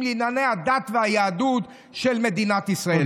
לענייני הדת והיהדות של מדינת ישראל.